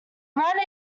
around